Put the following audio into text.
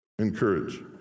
Encourage